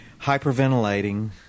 hyperventilating